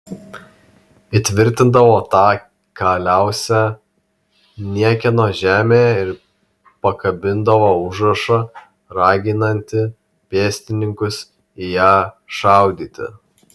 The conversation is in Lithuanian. įtvirtindavo tą kaliausę niekieno žemėje ir pakabindavo užrašą raginantį pėstininkus į ją šaudyti